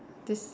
this